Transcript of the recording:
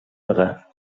bagà